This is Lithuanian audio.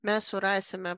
mes surasime